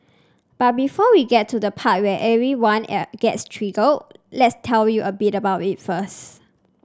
but before we get to the part where everyone gets triggered let's tell you a bit about it first